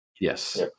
Yes